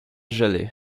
gelé